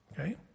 Okay